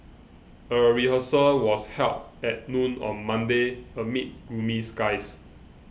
a rehearsal was held at noon on Monday amid gloomy skies